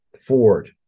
Ford